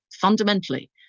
fundamentally